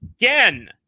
again